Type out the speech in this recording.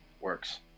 Works